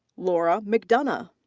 laura mcdonough.